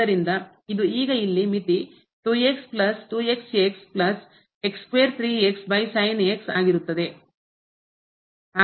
ಆದ್ದರಿಂದ ಇದು ಈಗ ಇಲ್ಲಿ ಮಿತಿ ಆಗಿರುತ್ತದೆ